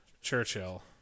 Churchill